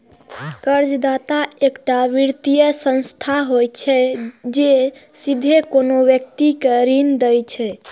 कर्जदाता एकटा वित्तीय संस्था होइ छै, जे सीधे कोनो व्यक्ति कें ऋण दै छै